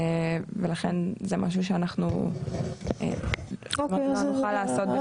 ולכן זה משהו שאנחנו לא נוכל לעשות.